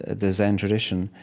the zen tradition,